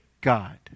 God